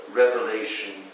revelation